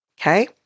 Okay